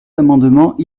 amendements